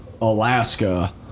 alaska